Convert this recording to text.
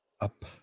up